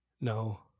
No